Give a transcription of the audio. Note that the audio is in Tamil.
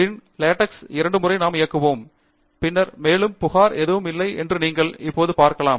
பின் லெடெக்ஸ் இரண்டு முறை நாம் இயங்குவோம் பின்னர் மேலும் புகார் எதுவும் இல்லை என்று நீங்கள் இப்போது பார்க்கலாம்